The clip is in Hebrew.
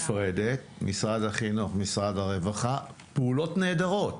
נפרדת משרד החינוך, משרד הרווחה, פעולות נהדרות.